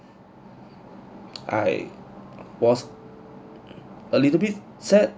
I was a little bit sad